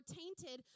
tainted